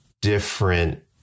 different